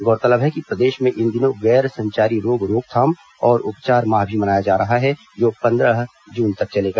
गौरतलब है कि प्रदेश में इन दिनों गैर संचारी रोग रोकथाम और उपचार माह भी मनाया जा रहा है जो आगामी पंद्रह जून तक चलेगा